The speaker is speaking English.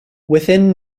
within